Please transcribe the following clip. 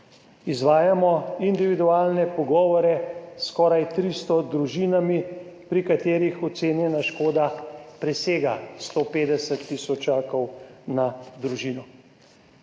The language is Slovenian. Izvajamo individualne pogovore s skoraj 300 družinami, pri katerih ocenjena škoda presega 150 tisočakov na družino.